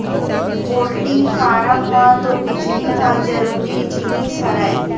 poultry farm म तो बिजली ह जरूरी जिनिस हरय